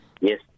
Yes